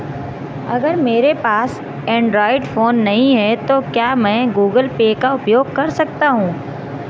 अगर मेरे पास एंड्रॉइड फोन नहीं है तो क्या मैं गूगल पे का उपयोग कर सकता हूं?